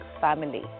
family